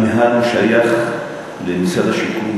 המינהל שייך למשרד השיכון.